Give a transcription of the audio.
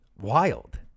Wild